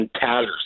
tatters